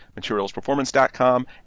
materialsperformance.com